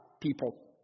people